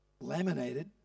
laminated